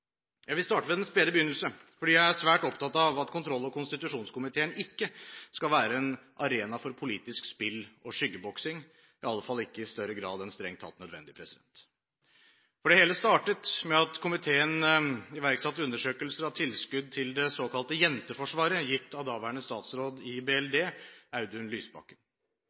Jeg vil starte med den spede begynnelse, fordi jeg er svært opptatt av at kontroll- og konstitusjonskomiteen ikke skal være en arena for politisk spill og skyggeboksing, iallfall ikke i større grad enn strengt tatt nødvendig. Det hele startet med at komiteen iverksatte undersøkelser av tilskudd til det såkalte Jenteforsvaret gitt av daværende statsråd i Barne-, likestillings- og inkluderingsdepartementet, Audun Lysbakken.